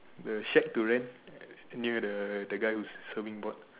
the shack to rent near the the guy who is serving ball